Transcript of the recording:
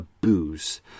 booze